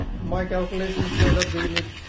my calculations so that we need